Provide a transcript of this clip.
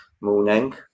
morning